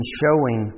showing